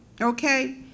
okay